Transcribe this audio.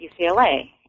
UCLA